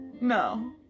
No